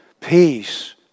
Peace